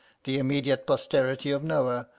the immediate posterity of noah,